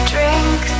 Drink